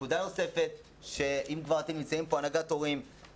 אם כבר הנהגת ההורים נמצאת פה,